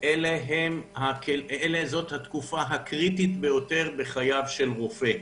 זו התקופה הקריטית ביותר בחיי רופא.